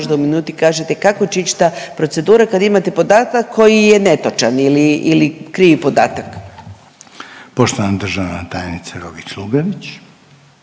možda u minuti kažete kako će ići ta procedura kad imate podatak koji je netočan ili krivi podatak. **Reiner, Željko (HDZ)** Poštovana državna tajnica Rogić Lugarić.